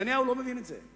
נתניהו לא מבין את זה,